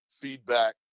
feedback